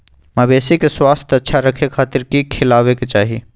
मवेसी के स्वास्थ्य अच्छा रखे खातिर की खिलावे के चाही?